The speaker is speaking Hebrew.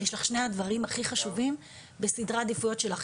יש לך שני הדברים הכי חשובים בסדרי העדיפויות שלך",